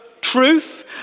truth